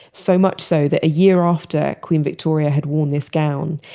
so much so that a year after queen victoria had worn this gown,